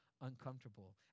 uncomfortable